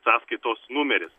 sąskaitos numeris